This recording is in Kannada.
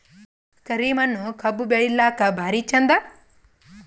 ಕರಿ ಮಣ್ಣು ಕಬ್ಬು ಬೆಳಿಲ್ಲಾಕ ಭಾರಿ ಚಂದ?